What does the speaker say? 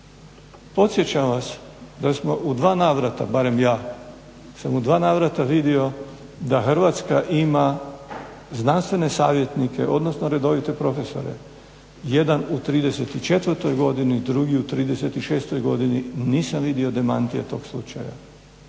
Podsjećam vas da smo u dva navrata, barem ja sam u dva navrata vidio da Hrvatska ima znanstvene savjetnike, odnosno redovite profesore, jedan u 34. godini, drugi u 36. godini, nisam vidio demantije tog slučaja.